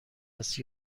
است